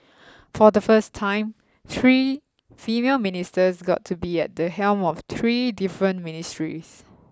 for the first time three female ministers got to be at the helm of three different ministries